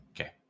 Okay